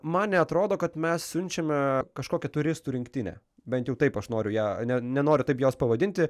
man neatrodo kad mes siunčiame kažkokią turistų rinktinę bent jau taip aš noriu ją ne nenoriu taip jos pavadinti